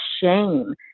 shame